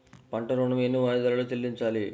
పంట ఋణం ఎన్ని వాయిదాలలో చెల్లించాలి?